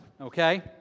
okay